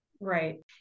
Right